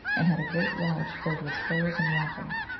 and had a great lodge filled with furs and wampum.